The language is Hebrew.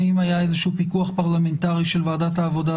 האם היה איזה שהוא פיקוח פרלמנטרי של ועדת העבודה,